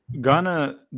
Ghana